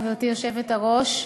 גברתי היושבת-ראש,